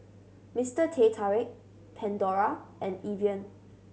Mister Teh Tarik Pandora and Evian